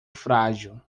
frágil